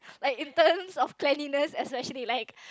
like in turns of cleanliness especially like